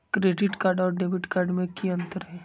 Credit card और debit card में की अंतर हई?